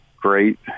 great